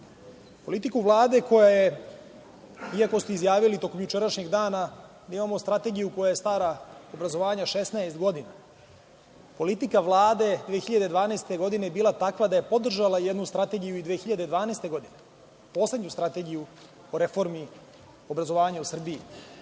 politiku Vlade, iako ste izjavili tokom jučerašnjeg dana, da imamo strategiju obrazovanja koja je stara 16 godina. Politika Vlade 2012. godine je bila takva da je podržala jednu strategiju i 2012. godine, posebnu strategiju o reformi obrazovanja u Srbiji.